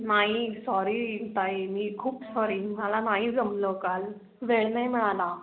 नाही सॉरी ताई मी खूप सॉरी मला नाही जमलं काल वेळ नाही मिळाला